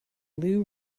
lou